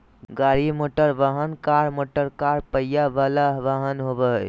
गाड़ी मोटरवाहन, car motorcar पहिया वला वाहन होबो हइ